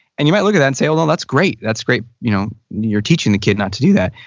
and you might look at that and say well that's great. that's great, you know you're teaching the kid not to do that.